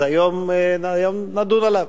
אז היום נדון עליו.